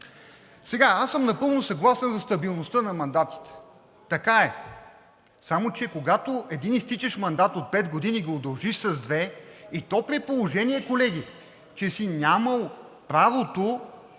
друг! Аз съм напълно съгласен за стабилността на мандатите. Така е, само че когато един изтичащ мандат от пет години го удължиш с две, и то при положение, колеги, че си нямал правото